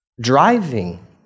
Driving